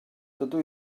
dydw